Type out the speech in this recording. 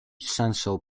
sancho